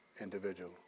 individual